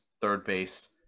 third-base